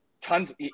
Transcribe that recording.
Tons